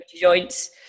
joints